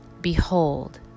behold